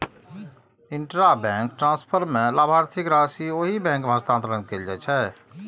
intrabank transfer मे लाभार्थीक राशि ओहि बैंक मे हस्तांतरित कैल जाइ छै